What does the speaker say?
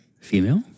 Female